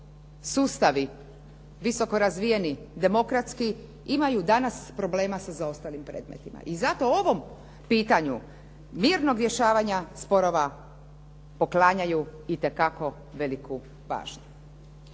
sustavi visoko razvijeni demokratski imaju danas problema sa zaostalim predmetima. I zato o ovom pitanju mirnog rješavanja sporova poklanjaju itekako veliku pažnju.